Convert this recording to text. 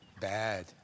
Bad